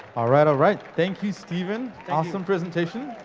alright alright. thank you, steven. awesome presentation.